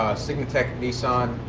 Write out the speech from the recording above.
sigmatech-nissan,